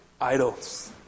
idols